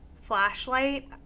Flashlight